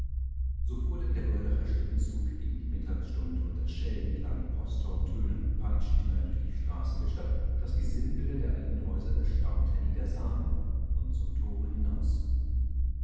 so fuhr denn der goldacher schlittenzug gegen die mittagsstunde unter schellenklang posthorntönen und peitschenknall durch die straßen der stadt daß die sinnbilder der alten häuser erstaunt herniedersahen und zum tore hinaus